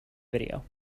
video